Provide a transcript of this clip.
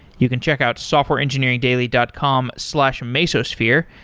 you can check out softwareengineeringdaily dot com slash mesosphere,